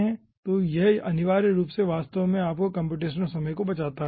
तो यह अनिवार्य रूप से वास्तव में आपके कम्प्यूटेशनल समय को बचाता है